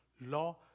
law